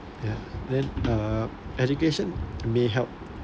ya then uh education may help